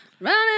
Running